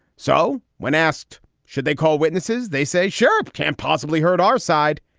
so when asked should they call witnesses, they say sheriff can't possibly hurt our side.